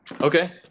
Okay